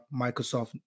Microsoft